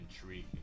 intriguing